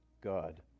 God